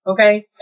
Okay